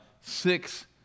six